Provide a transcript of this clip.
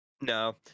No